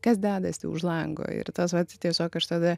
kas dedasi už lango ir tas vat tiesiog aš tada